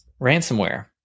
Ransomware